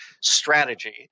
strategy